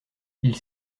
ils